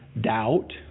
doubt